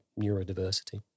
neurodiversity